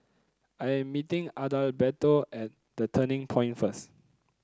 I am meeting Adalberto at The Turning Point first